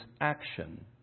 action